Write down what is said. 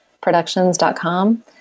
Productions.com